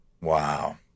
wow